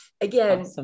again